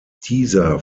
dieser